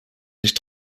sich